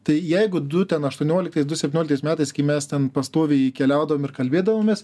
tai jeigu du ten aštuonioliktais du septynioliktais metais kai mes ten pastoviai keliaudavom ir kalbėdavomės